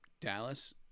Dallas